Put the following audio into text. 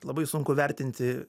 labai sunku vertinti